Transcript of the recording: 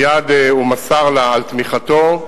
מייד הוא מסר לה על תמיכתו.